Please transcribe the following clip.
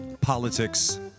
politics